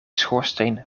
schoorsteen